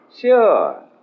Sure